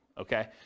okay